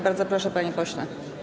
Bardzo proszę, panie pośle.